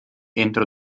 entro